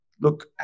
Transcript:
look